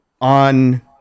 on